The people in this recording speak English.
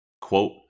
Quote